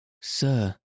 Sir